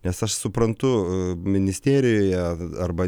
nes aš suprantu ministerijoje arba